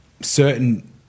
certain –